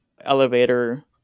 elevator